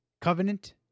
covenant